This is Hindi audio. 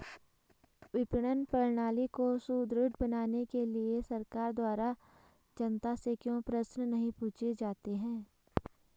विपणन प्रणाली को सुदृढ़ बनाने के लिए सरकार के द्वारा जनता से क्यों प्रश्न नहीं पूछे जाते हैं?